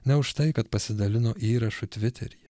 ne už tai kad pasidalino įrašu tviteryje